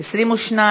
4 נתקבלו.